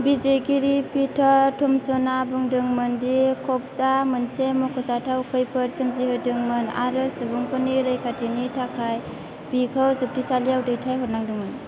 बिजिरगिरि पीटार थमसनआ बुंदोंमोन दि कक्सआ मोनसे मख'जाथाव खैफोद सोमजिहोदोंमोन आरो सुबुंफोरनि रैखाथिनि थाखाय बिखौ जोबथेसालियाव दैथाय हरनांदोंमोन